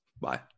Bye